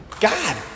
God